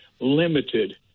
limited